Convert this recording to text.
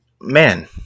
man